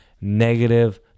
negative